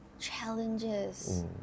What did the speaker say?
Challenges